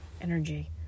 energy